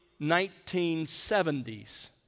1970s